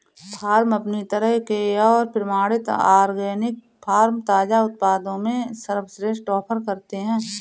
farm अपनी तरह के और प्रमाणित ऑर्गेनिक फ़ार्म ताज़ा उत्पादों में सर्वश्रेष्ठ ऑफ़र करते है